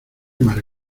más